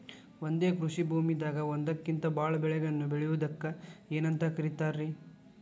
ಒಂದೇ ಕೃಷಿ ಭೂಮಿದಾಗ ಒಂದಕ್ಕಿಂತ ಭಾಳ ಬೆಳೆಗಳನ್ನ ಬೆಳೆಯುವುದಕ್ಕ ಏನಂತ ಕರಿತಾರೇ?